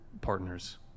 partners